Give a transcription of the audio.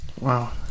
Wow